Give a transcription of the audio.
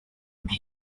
and